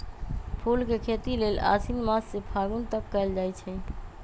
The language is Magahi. फूल के खेती लेल आशिन मास से फागुन तक कएल जाइ छइ